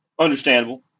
Understandable